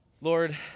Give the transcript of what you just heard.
Lord